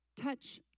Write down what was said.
touch